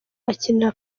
akinira